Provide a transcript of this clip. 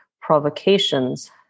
provocations